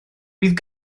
bydd